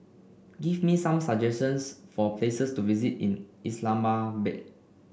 give me some suggestions for places to visit in Islamabad